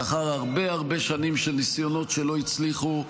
לאחר הרבה הרבה שנים של ניסיונות שלא הצליחו,